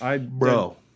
Bro